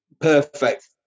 perfect